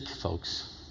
folks